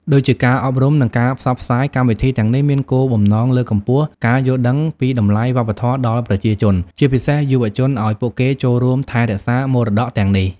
ដូចជា ការអប់រំ និងការផ្សព្វផ្សាយ កម្មវិធីទាំងនេះមានគោលបំណងលើកកម្ពស់ការយល់ដឹងពីតម្លៃវប្បធម៌ដល់ប្រជាជន ជាពិសេសយុវជន ឲ្យពួកគេចូលរួមថែរក្សាមរតកទាំងនេះ។